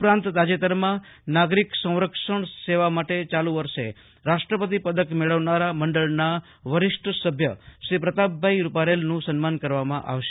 ઉપરાંત તાજેતરમાં નાગરિક સંરક્ષણ સેવા માટે ચાલુ વર્ષ રાષ્ટ્રપતિ પદક મેળવનારા મંડળના વરિષ્ટ સભ્ય શ્રી પ્રતાપભાઈ રૂપારેલનું સન્માન કરવામાં આવશે